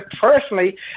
personally